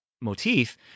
motif